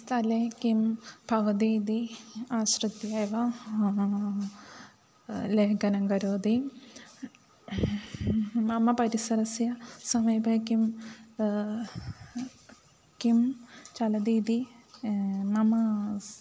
स्थले किं भवति इदि आश्रित्य एव लेखनं करोति मम परिसरस्य समीपे किं किं चलति इति मम